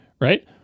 right